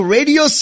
Radio